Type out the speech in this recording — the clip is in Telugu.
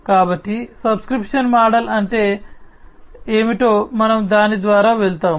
కాబట్టి సబ్స్క్రిప్షన్ మోడల్ అంటే ఏమిటో మనం దాని ద్వారా వెళ్తాము